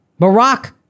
Barack